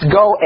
go